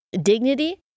dignity